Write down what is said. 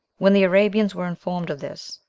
when the arabians were informed of this,